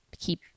keep